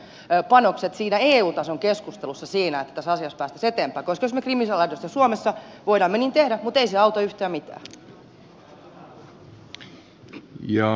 mitkä ovat suomen keinot ja suomen panokset eu tason keskustelussa siitä että tässä asiassa päästäisiin eteenpäin koska jos me kriminalisoimme tämän suomessa voimme me niin tehdä mutta ei se auta yhtään mitään